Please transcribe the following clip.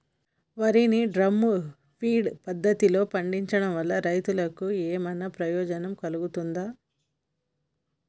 వరి ని drum feed పద్ధతిలో పండించడం వల్ల రైతులకు ఏమన్నా ప్రయోజనం కలుగుతదా?